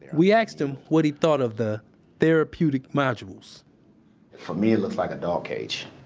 we asked him what he thought of the therapeutic modules for me, it looks like a dog cage.